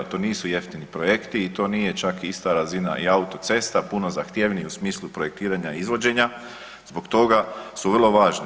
To nisu jeftini projekti i to nije čak ista razina i autocesta, puno zahtjevnije u smislu projektiranja i izvođenja zbog toga su vrlo važne.